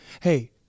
hey